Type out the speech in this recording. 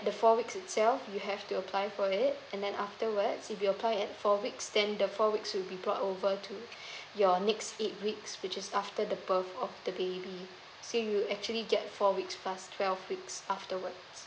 the four weeks itself you have to apply for it and then afterwards if you apply at four weeks then the four weeks will be brought over to your next eight weeks which is after the birth of the baby so you actually get four weeks plus twelve weeks afterward